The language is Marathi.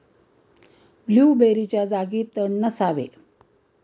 ब्लूबेरीच्या जागी तण नसावे